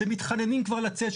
שמתחננים כבר לצאת,